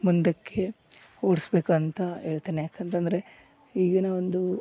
ಮುಂದಕ್ಕೆ ಓಡಿಸಬೇಕು ಅಂತ ಹೇಳ್ತೇನೆ ಯಾಕಂತಂದರೆ ಈಗಿನ ಒಂದು